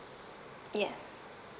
yes